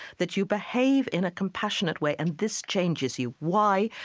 that you behave in a compassionate way and this changes you. why?